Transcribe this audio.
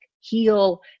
heal